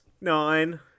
Nine